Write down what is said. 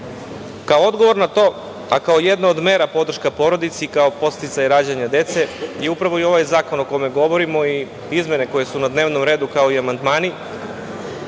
odgovor na to, a kao jedna od mera podrške porodici, kao podsticaj rađanja dece je upravo ovaj zakon o kome govorimo i izmene koje su na dnevnom redu, kao i amandmani